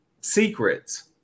secrets